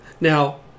now